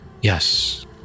yes